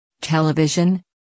Television